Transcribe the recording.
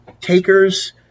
takers